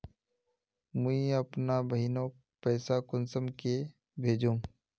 मुई अपना बहिनोक पैसा कुंसम के भेजुम?